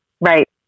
Right